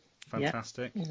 Fantastic